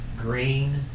green